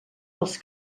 dels